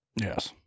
Yes